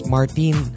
Martin